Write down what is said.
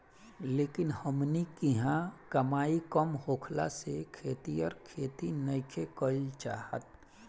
लेकिन हमनी किहाँ कमाई कम होखला से खेतिहर खेती नइखे कईल चाहत